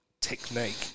technique